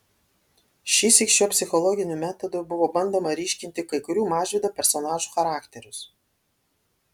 šįsyk šiuo psichologiniu metodu buvo bandoma ryškinti kai kurių mažvydo personažų charakterius